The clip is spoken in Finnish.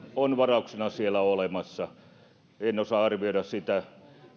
on varauksena siellä olemassa en osaa arvioida sitä